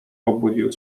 obudził